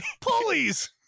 pulleys